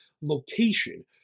location